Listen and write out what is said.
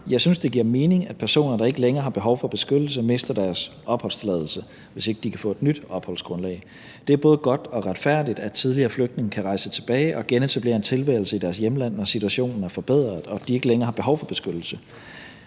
jeg synes, det giver mening, at personer, der ikke længere har behov for beskyttelse, mister deres opholdstilladelse, hvis de ikke kan få et nyt opholdsgrundlag. Det er både godt og retfærdigt, at tidligere flygtninge kan rejse tilbage og genetablere en tilværelse i deres hjemland, når situationen er forbedret og de ikke længere har behov for beskyttelse.